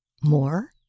more